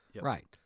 Right